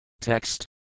Text